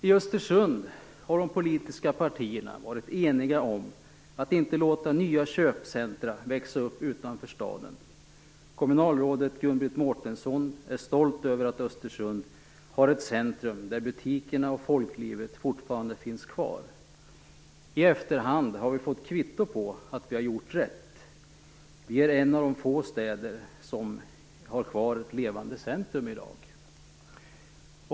"I Östersund har de politiska partierna varit eniga om att inte låta nya köpcentra växa upp utanför staden. Kommunalrådet Gun-Britt Mårtensson är stolt över att Östersund har ett centrum där butikerna och folklivet fortfarande finns kvar. - I efterhand har vi fått kvitto på att vi har gjort rätt. Vi är en av få städer som har kvar ett levande centrum i dag."